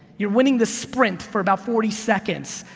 you're winning the sprint for about forty seconds,